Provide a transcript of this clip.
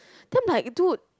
then I'm like dude